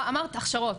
אמרת הכשרות,